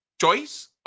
choice